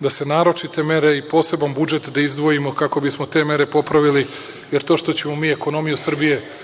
da se naročite mere i poseban budžet da izdvojimo kako bismo te mere popravili. Jer, to što ćemo mi ekonomiju Srbije